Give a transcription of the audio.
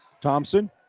Thompson